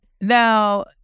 Now